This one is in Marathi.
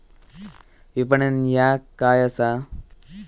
विपणन ह्या काय असा?